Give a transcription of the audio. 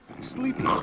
sleepy